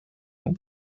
what